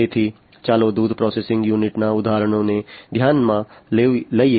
તેથી ચાલો દૂધ પ્રોસેસિંગ યુનિટના ઉદાહરણને ધ્યાનમાં લઈએ